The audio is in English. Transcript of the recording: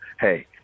Hey